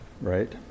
right